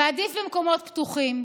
ועדיף במקומות פתוחים,